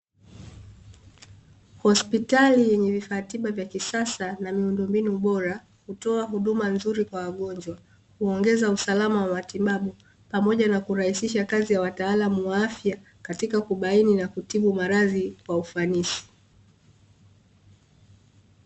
Hospitali yenye vifaa tiba vya kisaa na miundombinu bora, hutoa huduma nzuri kwa wagonjwa. Huongeza usalama wa matibabu pamoja na kurahisisha kazi ya wataalamu wa afya katika kubaini na kutibu maradhi kwa ufanisi.